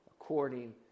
according